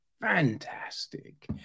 Fantastic